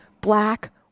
Black